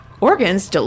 Organs